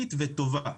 משמעותית וטובה.